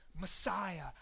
Messiah